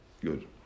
Good